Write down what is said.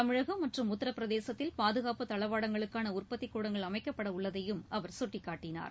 தமிழகம் மற்றும் உத்தரப்பிரதேசத்தில் பாதுகாப்பு தளவாடங்களுக்காள உற்பத்தி கூடங்கள் அமைக்கப்படவுள்ளதையும் அவர் சுட்டிக்காட்டினார்